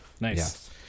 Nice